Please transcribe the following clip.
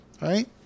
Right